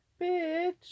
bitch